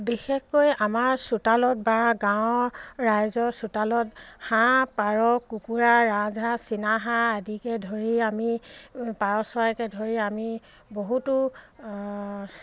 বিশেষকৈ আমাৰ চোতালত বা গাঁৱৰ ৰাইজৰ চোতালত হাঁহ পাৰ কুকুৰা ৰাজহাঁহ চীনাহাঁহ আদিকে ধৰি আমি পাৰ চৰাইকে ধৰি আমি বহুতো